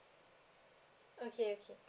okay okay